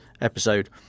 episode